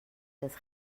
des